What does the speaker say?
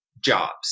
jobs